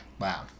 Wow